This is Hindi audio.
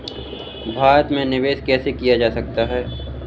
भारत में निवेश कैसे किया जा सकता है?